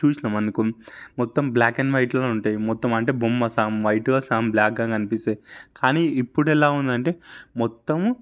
చూసినాం అనుకో మొత్తం బ్లాక్ అండ్ వైట్లోనే ఉంటుంది మొత్తం అంటే బొమ్మ సగం వైట్గా సగం బ్లాక్గా కనిపిస్తుంది కానీ ఇప్పుడు ఎలా ఉంది అంటే మొత్తము